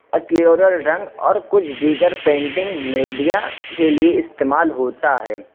ایکلیورل رنگ اور کچھ دیگر پینٹنگ میڈیا کے لیے استعمال ہوتا ہے